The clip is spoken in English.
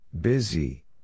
Busy